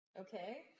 okay